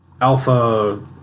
alpha